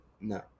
No